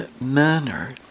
manner